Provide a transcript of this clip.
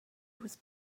was